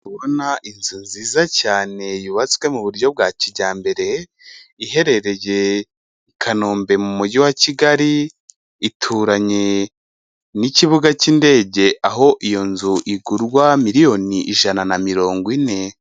Ndi kubona inzu nziza cyane yubatswe mu buryo bwa kijyambere, iherereye i Kanombe mu mujyi wa Kigali, ituranye n'ikibuga cy'indege, aho iyo nzu igurwa miliyoni ijana na mirongo ine.